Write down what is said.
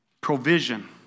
Provision